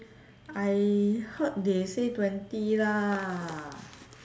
I heard they say twenty lah